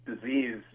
disease